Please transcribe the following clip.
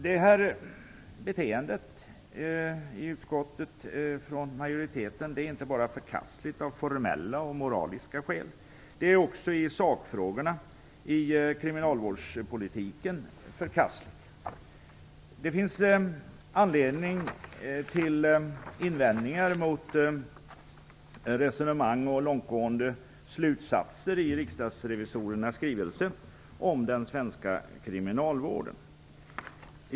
Det här beteendet från utskottsmajoritetens sida är inte bara förkastligt av formella och moraliska skäl. Det är också förkastligt i sakfrågorna, i kriminalvårdspolitiken. Det finns anledning till invändningar mot resonemang och långtgående slutsatser i Riksdagsrevisorernas skrivelse om den svenska kriminalvården.